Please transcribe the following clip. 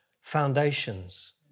foundations